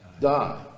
die